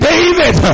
David